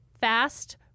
fast